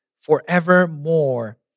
forevermore